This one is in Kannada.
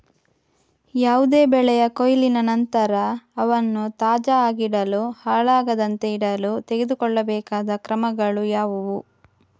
ಯಾವುದೇ ಬೆಳೆಯ ಕೊಯ್ಲಿನ ನಂತರ ಅವನ್ನು ತಾಜಾ ಆಗಿಡಲು, ಹಾಳಾಗದಂತೆ ಇಡಲು ತೆಗೆದುಕೊಳ್ಳಬೇಕಾದ ಕ್ರಮಗಳು ಯಾವುವು?